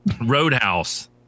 Roadhouse